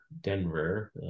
denver